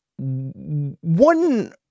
one